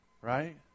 right